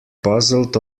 puzzled